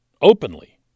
openly